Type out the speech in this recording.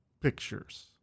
pictures